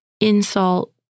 insult